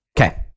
Okay